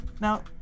Now